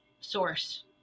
source